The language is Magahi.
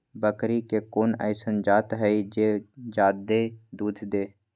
बकरी के कोन अइसन जात हई जे जादे दूध दे?